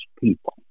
people